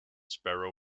sparrow